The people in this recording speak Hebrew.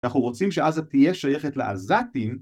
‫אנחנו רוצים שעזה תהיה שייכת לעזתים.